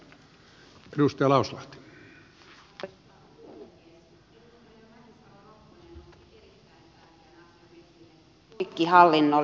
edustaja mäkisalo ropponen nosti erittäin tärkeän asian esille nimittäin poikkihallinnollisuuden